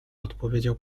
odpowiedział